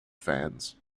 fans